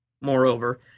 Moreover